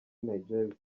nigeria